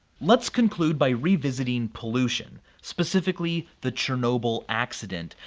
let's conclude by revisiting pollution, specifically the chernobyl accident,